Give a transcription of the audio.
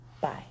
Bye